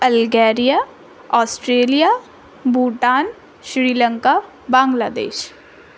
Algeria Australia Bhutan Sri Lanka Bangladesh